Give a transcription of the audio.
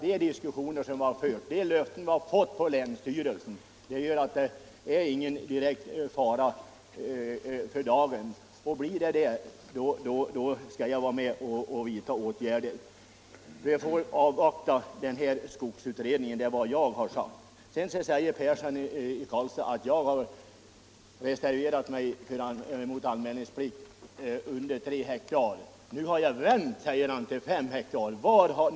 De löften som vi har fått från länsstyrelsen gör att det inte råder någon direkt fara för dagen. Skulle emellertid så bli fallet, skall jag vara med om att vidta åtgärder. Vad jag har sagt är att vi får avvakta skogsutredningen. Herr Persson i Karlstad påstår att jag i länsstyrelsen har reserverat mig mot anmälningsplikt för ytor under fem hektar. Men nu har jag ändrat mig, säger han, till tre hektar.